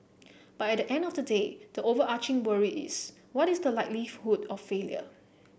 but at the end of the day the overarching worry is what is the likelihood of failure